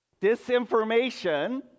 Disinformation